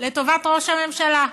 לטובת ראש הממשלה,